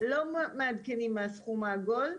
לא מעדכנים מהסכום העגול,